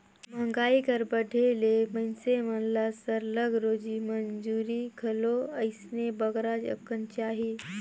मंहगाई कर बढ़े ले मइनसे मन ल सरलग रोजी मंजूरी घलो अइसने बगरा अकन चाही